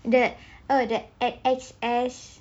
oh the X X_S